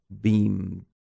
beam